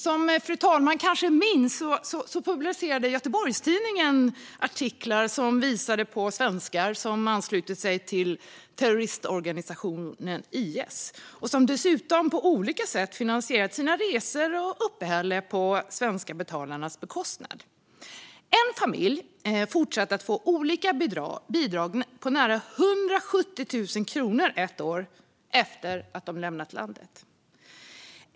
Som fru talmannen kanske minns så publicerade Göteborgs-Tidningen artiklar som visade på svenskar som anslutit sig till terrororganisationen IS och som dessutom på olika sätt finansierat sina resor och uppehälle på de svenska skattebetalarnas bekostnad. En familj fortsatte att få olika bidrag på nära 170 000 kronor ett år efter att de lämnat landet.